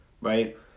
right